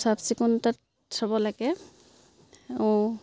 চাফ চিকুণতাত থ'ব লাগে আৰু